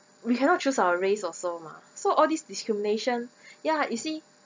we cannot choose our race also mah so all these discrimination ya you see